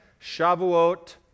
Shavuot